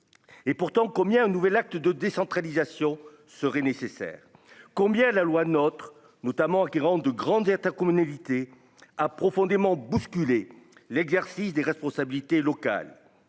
et pourtant combien un nouvel acte de décentralisation serait nécessaire, combien la loi notre notamment qui rentre de grandir ta communalité a profondément bousculé l'exercice des responsabilités locales,